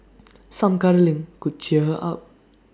some cuddling could cheer her up